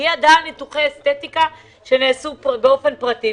מי ידע על ניתוחי אסתטיקה שנעשו באופן פרטי,